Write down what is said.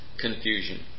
confusion